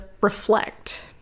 reflect